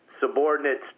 subordinates